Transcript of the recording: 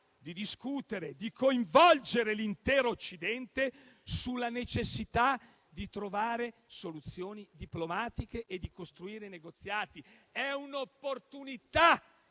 di discutere, di coinvolgere l'intero Occidente sulla necessità di trovare soluzioni diplomatiche e di costruire negoziati. È un'opportunità